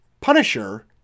punisher